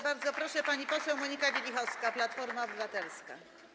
Bardzo proszę, pani poseł Monika Wielichowska, Platforma Obywatelska.